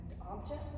object